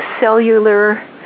cellular